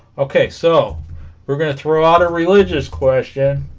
okay so we're gonna throw out a religious question